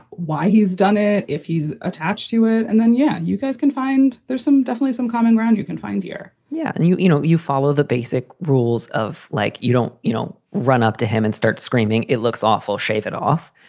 why he's done it, if he's attached to it, and then, yeah, you guys can find there's some definitely some common ground you can find here yeah. and, you you know, you follow the basic rules of, like, you don't, you know, run up to him and start screaming. it looks awful. shave it off.